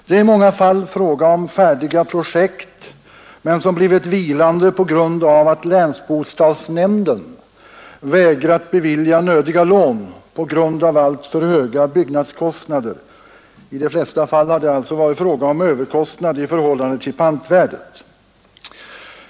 Det är i många fall fråga om färdiga projekt som blivit vilande genom att länsbostadsnämnden vägrat bevilja nödiga lån på grund av alltför höga byggnadskostnader. I de allra flesta fall har det alltså varit fråga om överkostnader i förhållande till pantvärdet.